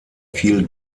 viel